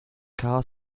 car